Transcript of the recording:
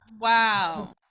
Wow